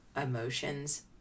emotions